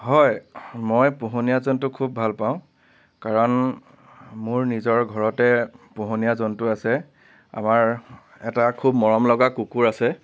হয় মই পোহনীয়া জন্তু খুব ভালপাওঁ কাৰণ মোৰ নিজৰ ঘৰতে পোহনীয়া জন্তু আছে আমাৰ এটা খুব মৰমলগা কুকুৰ আছে